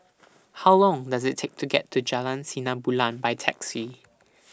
How Long Does IT Take to get to Jalan Sinar Bulan By Taxi